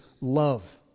love